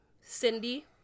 Cindy